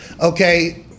okay